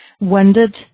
wondered